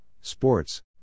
sports